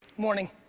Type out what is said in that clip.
morning.